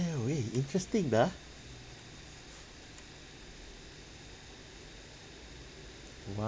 eh interesting dah